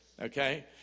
Okay